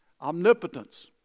Omnipotence